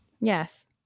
Yes